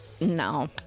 No